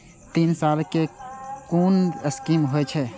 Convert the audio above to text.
तीन साल कै कुन स्कीम होय छै?